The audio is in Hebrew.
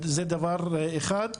זה דבר אחד.